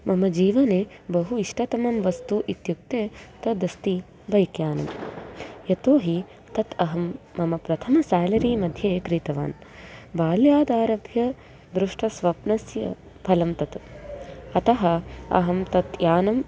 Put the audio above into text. मम जीवने बहु इष्टतमं वस्तु इत्युक्ते तदस्ति बैक्यानं यतो हि तत् अहं मम प्रथमं सालरीमध्ये क्रीतवान् बाल्यादारभ्य दृष्टः स्वप्नस्य फलं तत् अतः अहं तत् यानम्